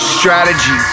strategy